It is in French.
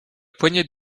poignée